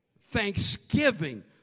thanksgiving